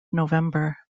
november